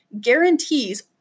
guarantees